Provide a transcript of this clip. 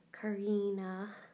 Karina